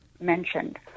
mentioned